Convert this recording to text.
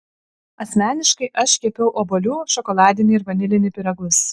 asmeniškai aš kepiau obuolių šokoladinį ir vanilinį pyragus